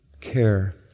care